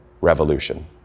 revolution